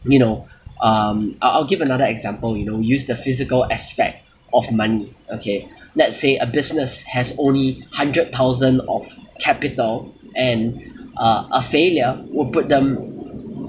you know um I I'll give another example you know use the physical aspect of money okay let's say a business has only hundred thousand of capital and uh a failure will put them